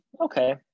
Okay